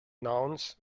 nouns